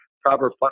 proper